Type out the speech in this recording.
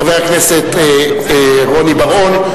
חבר הכנסת רוני בר-און,